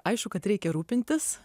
aišku kad reikia rūpintis